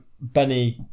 Benny